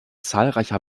zahlreicher